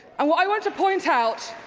i want i want to point out,